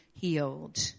healed